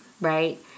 Right